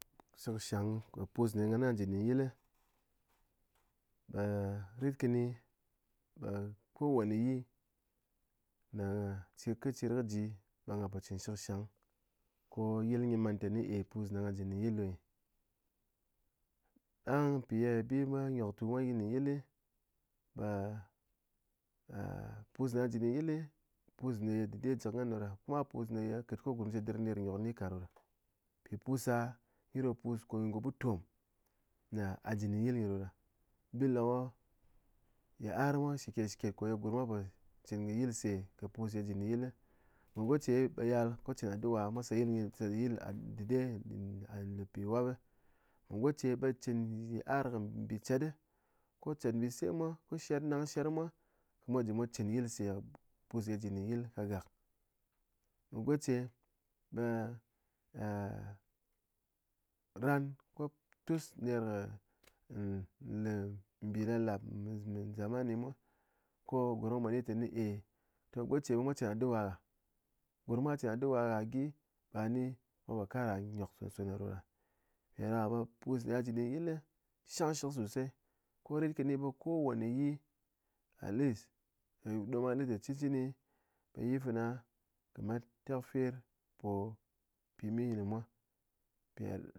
Shɨkshang ko pus ne ye ghán a ji ndɨn yil be rit kɨni be kowane ne cɨr kɨ cɨr kɨ ji be ghá po cɨn kɨ shɨkshang ko yil nyi man téne e pus ne ghá ji ndɨn yil do nyi, dang mpe ye bimwa nyoktu mwa gyi ndin yil be pus ne yi gha ji ndɨl yil, pus ne ye dɨde jikɨ ghán ɗoɗa kuma be pus ne ye kɨt kɨne gurm cedɨr kɨni ner nyok nyi ka ɗoɗa, mpi pus da, nyi do pus ko ngu butom a ji ndɨn yil nyi ɗoɗa, bi lɨ ko nyi ar mwa shiketshiket ko ye gurm mwa po cɨn kɨ yilse kɨ pus ye ji ndɨn yil, mé goce ɓe yal ko mwa cɨn aduwa mwa se yil nyi se yil dɨde nɗɨn pi wap, mé goce ɓe cɨn yit'ar nbɨcet, ko cet nbise mwa, ko shɨr nang shɨrmwa ko mwa je mwa cɨn yilse pus ye ji ndin yil ka gák, mé goce ɓe ran ko tus ner kɨ le mbilápláp kɨ zamani mwa ko gurm mwa mwá ni te e té goce mwa cɨn adu'a ghá, gurm mwa cin adu'a ghá gyi ba ni mwa po kara nyok son son ghá ɗoɗa, mpiɗaɗaka ɓe pus ne ghá ji ndɨn yil shang shɨk sosei, ko rit kɨni be kowani yi at least dom be ghá lɨ tɨne yi fana kɨ met yi tekfir po pimi nyi mwa